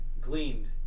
gleaned